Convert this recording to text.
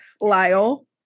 Lyle